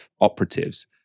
operatives